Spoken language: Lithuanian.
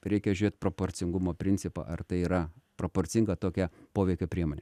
reikia žiūrėt proporcingumo principą ar tai yra proporcinga tokia poveikio priemonė